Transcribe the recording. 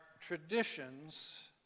traditions